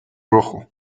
rojo